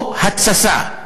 או התססה.